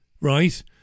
right